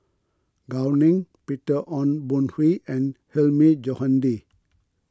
Gao Ning Peter Ong Boon Kwee and Hilmi Johandi